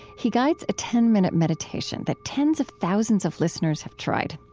he guides a ten minute meditation that tens of thousands of listeners have tried.